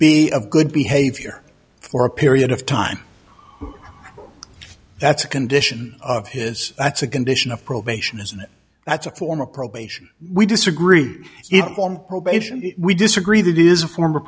be a good behavior for a period of time that's a condition of his that's a condition of probation isn't it that's a form of probation we disagree on probation we disagree that is a form of